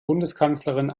bundeskanzlerin